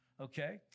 okay